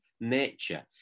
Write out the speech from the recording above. nature